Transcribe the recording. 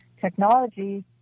technology